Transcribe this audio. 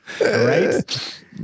Right